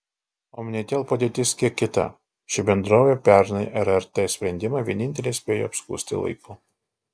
omnitel padėtis kiek kita ši bendrovė pernai rrt sprendimą vienintelė spėjo apskųsti laiku